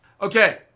Okay